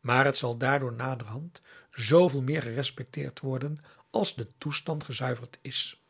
maar t zal daardoor naderhand zooveel meer gerespecteerd worden als de toestand gezuiverd is